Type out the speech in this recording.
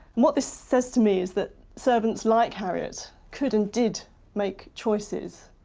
what this says to me is that servants like harriet could and did make choices,